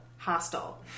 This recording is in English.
Hostile